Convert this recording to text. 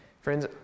Friends